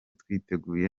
twiteguye